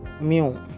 mew